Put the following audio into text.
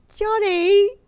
Johnny